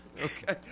Okay